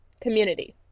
community